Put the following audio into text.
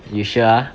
you sure ah